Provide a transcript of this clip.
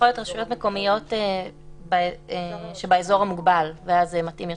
רשויות מקומיות שבאזור המוגבל, ואז זה מתאים יותר,